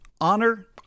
honor